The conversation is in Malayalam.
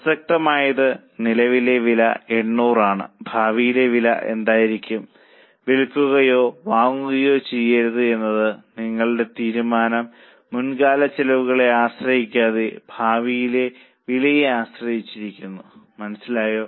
പ്രസക്തമായത് നിലവിലെ വില 800 ആണ് ഭാവിയിലെ വില എന്തായിരിക്കും വിൽക്കുകയോ വാങ്ങുകയോ ചെയ്യരുത് എന്ന നിങ്ങളുടെ തീരുമാനം മുൻകാല ചെലവുകളെ ആശ്രയിക്കാതെ ഭാവിയിലെ വിലയെ ആശ്രയിച്ചിരിക്കുന്നു മനസ്സിലായോ